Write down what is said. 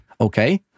okay